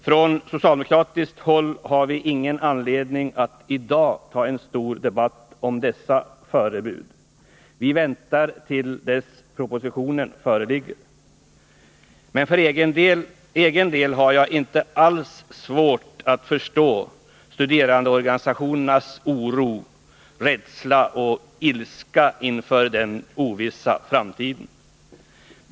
Från socialdemokratiskt håll har vi ingen anledning att i dag ta upp en stor debatt om dessa förebud. Vi väntar till dess att propositionen föreligger. Men för egen del har jag inte alls svårt att förstå studerandeorganisationernas oro, rädsla och ilska inför den ovissa framtiden.